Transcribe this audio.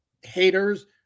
haters